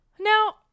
Now